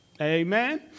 Amen